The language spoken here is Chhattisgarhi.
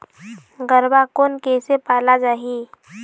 गरवा कोन कइसे पाला जाही?